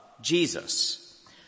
Jesus